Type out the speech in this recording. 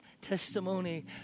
testimony